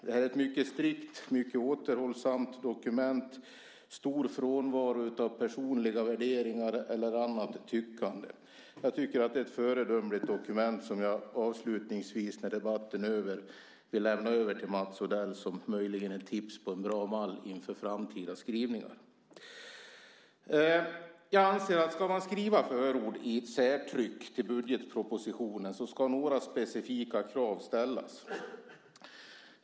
Det är ett mycket strikt och återhållsamt dokument med stor frånvaro av personliga värderingar eller annat tyckande. Jag tycker att det är ett föredömligt dokument, som jag avslutningsvis, när debatten är över, vill lämna över till Mats Odell. Det kan möjligen vara ett tips på en bra mall inför framtida skrivningar. Om man ska skriva förord i ett särtryck av budgetpropositionen anser jag att några specifika krav ska ställas.